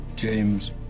James